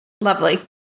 Lovely